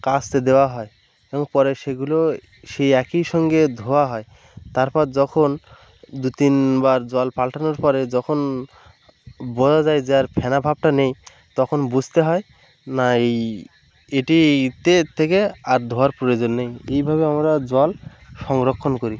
কাচতে দেওয়া হয় এবং পরে সেগুলো সেই একই সঙ্গে ধোয়া হয় তারপর যখন দু তিনবার জল পালটানোর পরে যখন বোঝা যায় যে আর ফেনা ভাবটা নেই তখন বুঝতে হয় না এই এটিতে থেকে আর ধোয়ার প্রয়োজন নেই এইভাবে আমরা জল সংরক্ষণ করি